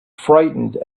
frightened